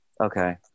Okay